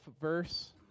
verse